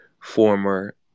former